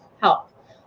help